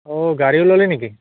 অঁ গাড়ীও ল'লি নেকি